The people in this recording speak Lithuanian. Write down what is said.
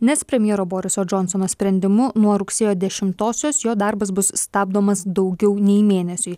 nes premjero boriso džonsono sprendimu nuo rugsėjo dešimtosios jo darbas bus stabdomas daugiau nei mėnesiui